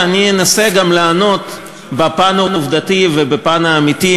ואני אנסה גם לענות בפן העובדתי ובפן האמיתי,